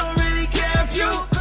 really care if you